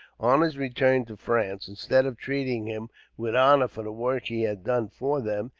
on his return to france, instead of treating him with honor for the work he had done for them,